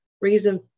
reason